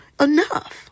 enough